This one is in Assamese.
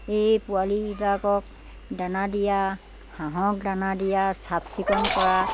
এই পোৱালীবিলাকক দানা দিয়া হাঁহক দানা দিয়া চাফ চিকুণ কৰা